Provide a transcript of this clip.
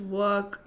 work